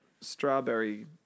strawberry